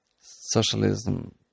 Socialism